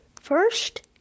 First